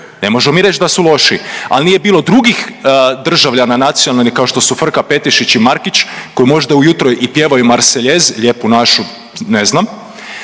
ne možemo mi reći da su loši, a nije bilo drugih državljana nacionalnih, kao što su Frka Petešić i Markić koji možda ujutro i pjevaju Marseillaise, Lijepu Našu, ne znam,